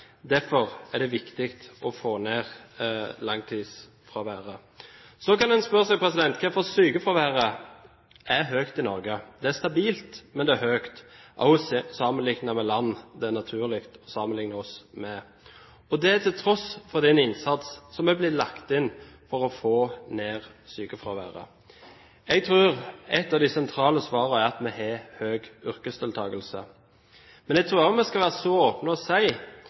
Derfor er det viktig å få ned langtidsfraværet. Så kan en spørre seg om hvorfor sykefraværet er høyt i Norge. Det er stabilt, men det er høyt, også sammenliknet med land det er naturlig å sammenlikne seg med, og det til tross for den innsatsen som er blitt lagt inn for å få ned sykefraværet. Jeg tror at et av de sentrale svarene er at vi har høy yrkesdeltakelse. Men jeg tror også vi skal være så åpne å si